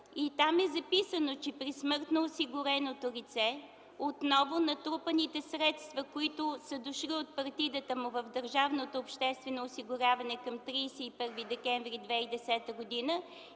Там е записано, че при смърт на осигуреното лице отново натрупаните средства, които са дошли от партидата му в държавното обществено осигуряване към 31 декември 2010 г.,